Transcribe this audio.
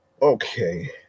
Okay